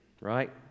Right